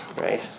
Right